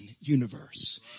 universe